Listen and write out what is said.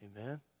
Amen